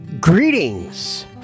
Greetings